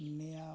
ᱱᱮᱭᱟᱣ